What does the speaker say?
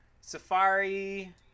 safari